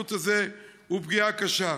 הקיצוץ הזה הוא פגיעה קשה.